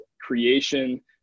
creation